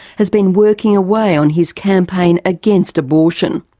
has been working away on his campaign against abortion.